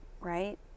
Right